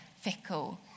fickle